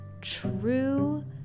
true